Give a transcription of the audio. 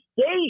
state